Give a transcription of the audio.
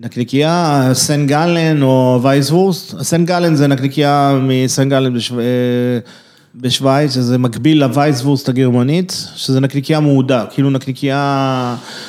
נקניקייה סנט גלן או וייז וורסט, הסנט גלן זה נקניקייה מסנט גלן בשווייץ, שזה מקביל לווייז וורסט הגרמנית, שזה נקניקייה מאודה, כאילו נקניקייה...